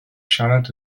siarad